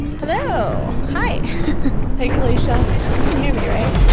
hello! hi hey kalaisha you can hear me right?